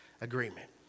agreement